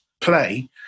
play